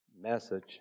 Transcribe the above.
message